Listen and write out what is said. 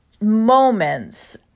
moments